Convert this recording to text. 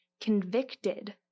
convicted